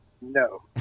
No